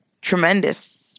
tremendous